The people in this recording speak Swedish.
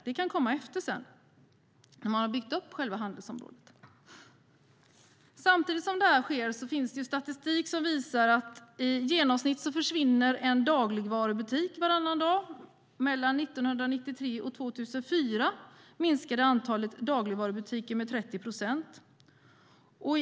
Det kan komma efteråt, när man byggt upp själva handelsområdet. Samtidigt som detta sker finns det statistik som visar att det i genomsnitt försvinner en dagligvarubutik varannan dag. Mellan 1993 och 2004 minskade antalet dagligvarubutiker med 30 procent.